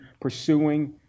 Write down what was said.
pursuing